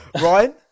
ryan